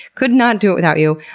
could not do it without you.